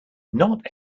not